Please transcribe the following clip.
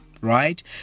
right